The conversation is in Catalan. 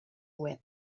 web